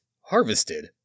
harvested